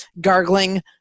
Gargling